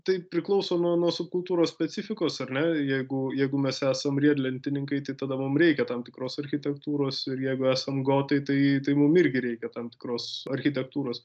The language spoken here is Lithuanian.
tai priklauso nuo nuo subkultūros specifikos ar ne jeigu jeigu mes esam riedlentininkai tai tada mum reikia tam tikros architektūros ir jeigu esam gotai tai tai mum irgi reikia tam tikros architektūros